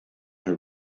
who